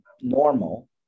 normal